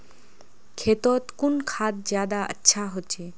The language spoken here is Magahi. खेतोत कुन खाद ज्यादा अच्छा होचे?